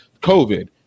COVID